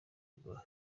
guma